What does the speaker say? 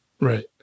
Right